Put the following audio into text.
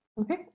Okay